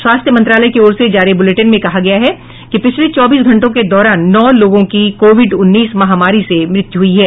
स्वास्थ्य मंत्रालय की ओर से जारी बूलेटिन में कहा गया है कि पिछले चौबीस घंटों के दौरान नौ लोगों की कोविड उन्नीस महामारी से मृत्यु हुई है